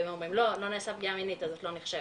לא נעשתה פגיעה מינית אז את לא נחשבת,